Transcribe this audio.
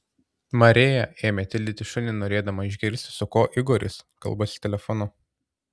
marija ėmė tildyti šunį norėdama išgirsti su kuo igoris kalbasi telefonu